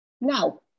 no